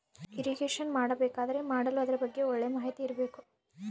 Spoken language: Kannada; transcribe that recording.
ಇರಿಗೇಷನ್ ಮಾಡಬೇಕಾದರೆ ಮಾಡಲು ಅದರ ಬಗ್ಗೆ ಒಳ್ಳೆ ಮಾಹಿತಿ ಇರ್ಬೇಕು